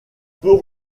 peut